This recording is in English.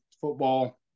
football